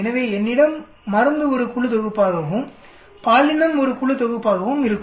எனவே என்னிடம் மருந்து ஒரு குழு தொகுப்பாகவும் பாலினம் ஒரு குழு தொகுப்பாகவும் இருக்கும்